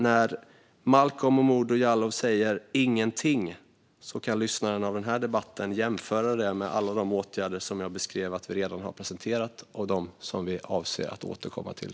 När Malcolm Momodou Jallow säger "ingenting" kan den som lyssnar på den här debatten jämföra det med alla de åtgärder som jag redan har presenterat och dem som vi avser att återkomma till.